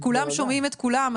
כשכולם שומעים את כולם,